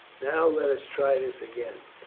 now let us try this again.